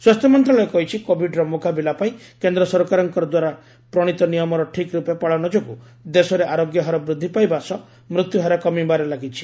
ସ୍ୱାସ୍ଥ୍ୟ ମନ୍ତ୍ରଣାଳୟ କହିଛି କୋବିଡ୍ର ମୁକାବିଲା ପାଇଁ କେନ୍ଦ୍ର ସରକାରଙ୍କ ଦ୍ୱାରା ପ୍ରଶିତ ନିୟମର ଠିକ୍ ରୂପେ ପାଳନ ଯୋଗୁଁ ଦେଶରେ ଆରୋଗ୍ୟ ହାର ବୃଦ୍ଧି ପାଇବା ସହ ମୃତ୍ୟୁ ହାର କମିବାରେ ଲାଗିଛି